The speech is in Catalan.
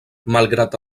malgrat